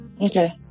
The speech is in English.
Okay